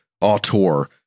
auteur